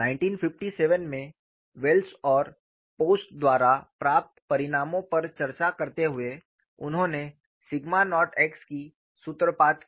1957 में वेल्स और पोस्ट द्वारा प्राप्त परिणामों पर चर्चा करते हुए उन्होंने सिग्मा नॉट x की सूत्रपात की